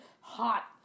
hot